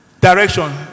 Direction